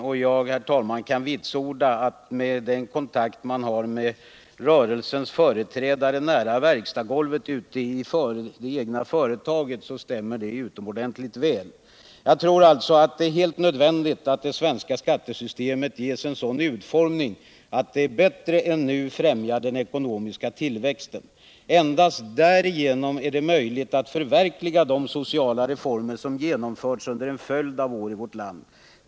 Jag kan, herr talman, med den kontakt jag har med rörelsens företrädare nära verkstadsgolvet ute i mitt eget företag, vitsorda att det stämmer utomordentligt väl. Jag tror alltså att det är helt nödvändigt att det svenska skattesystemet ges en sådan utformning att det bättre än nu främjar den ekonomiska tillväxten. Endast därigenom är det möjligt att förverkliga de sociala reformer som genomförts under en följd av år i vårt land.